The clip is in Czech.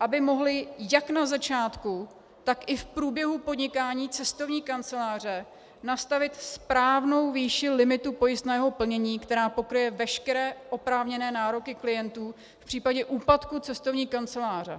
aby mohly jak na začátku, tak i v průběhu podnikání cestovní kanceláře nastavit správnou výši limitu pojistného plnění, která pokryje veškeré oprávněné nároky klientů v případě úpadku cestovní kanceláře.